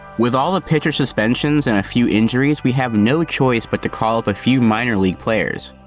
with all the pitcher suspensions and a few injuries, we have no choice but to call up few minor league players,